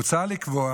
מוצע לקבוע